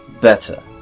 better